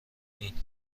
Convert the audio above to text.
این